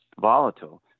volatile